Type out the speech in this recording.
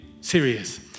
serious